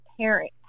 parent